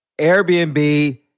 Airbnb